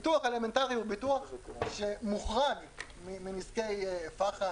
ביטוח אלמנטרי הוא ביטוח שמוחרג מנזקי פח"ע,